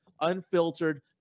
Unfiltered